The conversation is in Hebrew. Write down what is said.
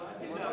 נתקבל.